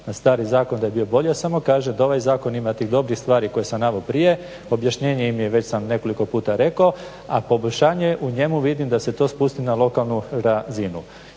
na stari zakon da je bio bolji, ja samo kažem da ovaj zakon ima tih dobrih stvari koje sam naveo prije. Objašnjenje im je, već sam nekoliko puta rekao, a poboljšanje u njemu vidim da se to spusti na lokalnu razinu.